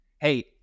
hey